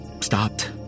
stopped